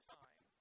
time